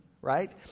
right